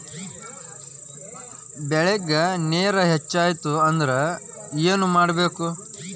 ಬೆಳೇಗ್ ನೇರ ಹೆಚ್ಚಾಯ್ತು ಅಂದ್ರೆ ಏನು ಮಾಡಬೇಕು?